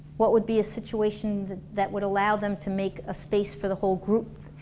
what would be a situation that would allow them to make a space for the whole group.